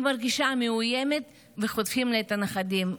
והיא מרגישה מאוימת וחוטפים לה את הנכדים.